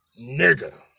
nigga